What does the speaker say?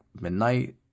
midnight